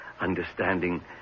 understanding